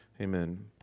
Amen